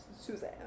Suzanne